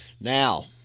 Now